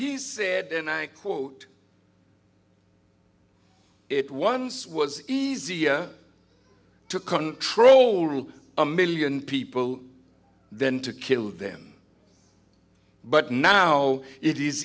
he said and i quote it once was easier to control rule a million people than to kill them but now it is